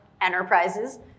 Enterprises